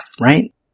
right